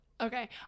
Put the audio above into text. Okay